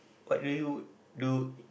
what you would do